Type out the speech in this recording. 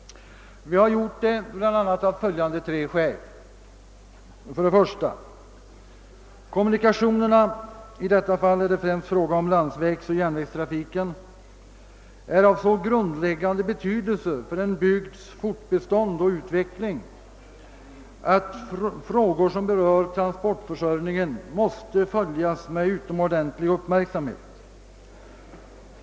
Vi har gjort det bl.a. av följande tre skäl. För det första är kommunikationerna — i detta fall är det främst fråga om landsvägsoch järnvägstrafik — av så grundläggande betydelse för en bygds fortbestånd och utveckling, att frågor som berör transportförsörjningen måste följas med utomordentlig uppmärksamhet.